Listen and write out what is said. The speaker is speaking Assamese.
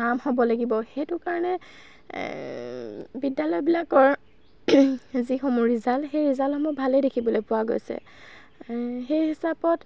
নাম হ'ব লাগিব সেইটো কাৰণে বিদ্যালয়বিলাকৰ যিসমূহ ৰিজাল্ট সেই ৰিজাল্টসমূহ ভালেই দেখিবলৈ পোৱা গৈছে সেই হিচাপত